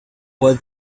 while